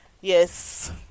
Yes